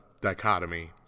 dichotomy